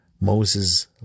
Moses